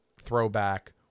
throwback